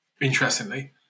interestingly